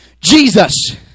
Jesus